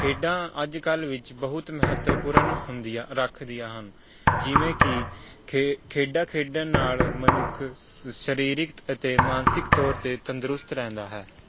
ਖੇਡਾਂ ਅੱਜ ਕੱਲ੍ਹ ਵਿੱਚ ਬਹੁਤ ਮਹੱਤਵਪੂਰਨ ਹੁੰਦੀਆਂ ਰੱਖਦੀਆਂ ਹਨ ਜਿਵੇਂ ਕਿ ਖੇ ਖੇਡਾਂ ਖੇਡਣ ਨਾਲ ਮਨੁੱਖ ਸ ਸਰੀਰਕ ਅਤੇ ਮਾਨਸਿਕ ਤੌਰ 'ਤੇ ਤੰਦਰੁਸਤ ਰਹਿੰਦਾ ਹੈ